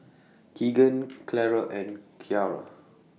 Keagan Clara and Ciara